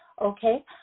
okay